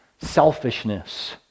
selfishness